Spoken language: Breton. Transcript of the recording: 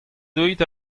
deuet